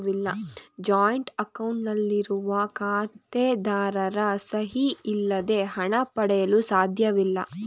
joint account ನಲ್ಲಿರುವ ಖಾತೆದಾರರ ಸಹಿ ಇಲ್ಲದೆ ಹಣ ಪಡೆಯಲು ಸಾಧ್ಯವಿಲ್ಲ